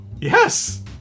Yes